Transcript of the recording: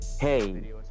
hey